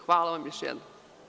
Hvala vam još jednom.